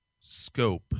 scope